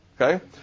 Okay